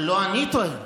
לא אני טוען,